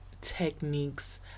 techniques